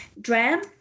DRAM